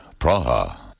Praha